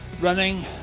running